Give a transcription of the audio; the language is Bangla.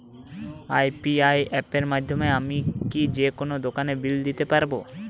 ইউ.পি.আই অ্যাপের মাধ্যমে আমি কি যেকোনো দোকানের বিল দিতে পারবো?